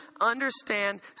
understand